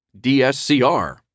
DSCR